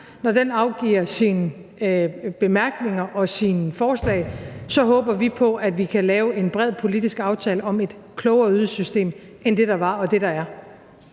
Når den afgiver sine bemærkninger og sine forslag, håber vi på, at vi kan lave en bred politisk aftale om et klogere ydelsessystem end det, der var, og det, der er.